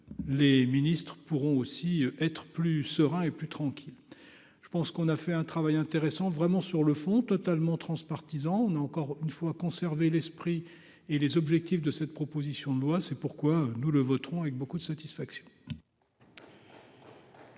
les ministres pourront aussi être plus serein et plus tranquille, je pense qu'on a fait un travail intéressant vraiment sur le fond, totalement transpartisan, on a encore une fois, conserver l'esprit et les objectifs de cette proposition de loi, c'est pourquoi nous le voterons avec beaucoup de satisfaction.